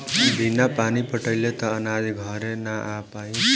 बिना पानी पटाइले त अनाज घरे ना आ पाई